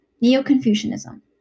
Neo-Confucianism